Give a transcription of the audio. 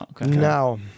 now